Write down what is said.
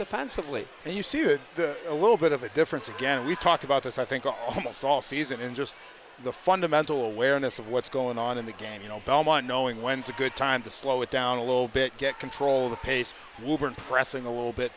fancily and you see a little bit of a difference again we talked about this i think almost all season in just the fundamental awareness of what's going on in the game you know belmont knowing when's a good time to slow it down a little bit get control the pace when pressing a little bit